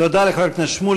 תודה לחבר הכנסת שמולי.